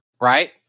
right